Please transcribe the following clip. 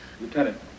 Lieutenant